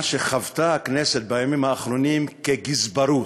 שחוותה הכנסת בימים האחרונים כגזברות.